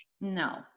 no